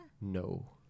No